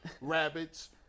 rabbits